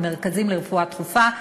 במרכזים לרפואה דחופה,